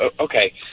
Okay